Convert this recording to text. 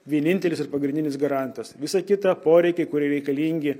vienintelis ir pagrindinis garantas visa kita poreikiai kurie reikalingi